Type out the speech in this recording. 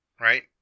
Right